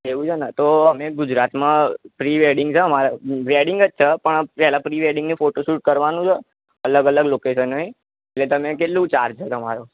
એવું છે ને તો અમે ગુજરાતમા પ્રીવેડિંગ છે અમારે વેડિંગ છે પણ પેલા પ્રીવેડિંગ ને ફોટોશૂટ કરવાનું છે અલગ અલગ લોકેશને એટલે તમે કેટલું ચાર્જ છે તમારો